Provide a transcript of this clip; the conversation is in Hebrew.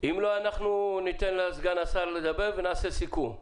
אם לא, אנחנו ניתן לסגן השר לדבר ונעשה סיכום.